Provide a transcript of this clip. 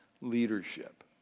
leadership